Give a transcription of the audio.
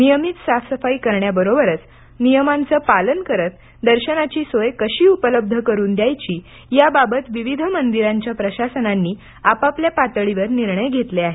नियमित साफसफाई करण्याबरोबरच नियमांचं पालन करत दर्शनाची सोय कशी उपलब्ध करून द्यायची याबाबत विविध मंदिरांच्या प्रशासनांनी आपापल्या पातळीवर निर्णय घेतले आहेत